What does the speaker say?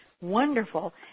wonderful